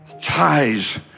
ties